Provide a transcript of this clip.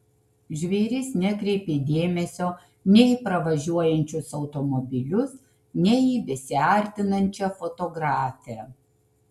žvėris nekreipė dėmesio nei į pravažiuojančius automobilius nei į besiartinančią fotografę